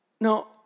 No